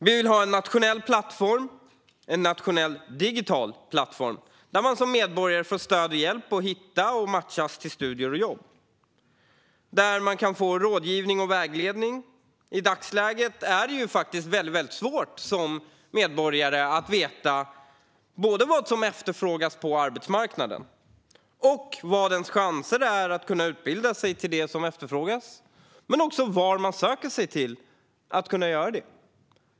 Vi vill ha en nationell digital plattform, där man som medborgare får stöd och hjälp med att hitta och matchas till studier och jobb och kan få rådgivning och vägledning. I dagsläget är det väldigt svårt att som medborgare veta vad som efterfrågas på arbetsmarknaden och vilka chanser man har att utbilda sig till det som efterfrågas, men också vart man ska söka sig för att kunna göra det.